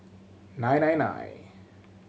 nine nine nine